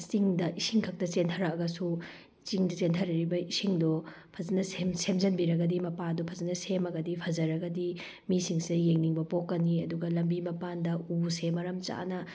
ꯆꯤꯡꯗ ꯏꯁꯤꯡ ꯈꯛꯇ ꯆꯦꯟꯊꯔꯛꯑꯒꯁꯨ ꯆꯤꯡꯗ ꯆꯦꯟꯊꯔꯛꯏꯕ ꯏꯁꯤꯡꯗꯨ ꯐꯖꯅ ꯁꯦꯝꯖꯤꯟꯕꯤꯔꯒꯗꯤ ꯃꯄꯥꯗꯨ ꯐꯖꯅ ꯁꯦꯝꯃꯒꯗꯤ ꯐꯖꯔꯒꯗꯤ ꯃꯤꯁꯤꯡꯁꯦ ꯌꯦꯡꯅꯤꯡꯕ ꯄꯣꯛꯀꯅꯤ ꯑꯗꯨꯒ ꯂꯝꯕꯤ ꯃꯄꯥꯟꯗ ꯎꯁꯦ ꯃꯔꯝ ꯆꯥꯅ